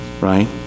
right